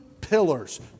pillars